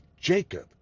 Jacob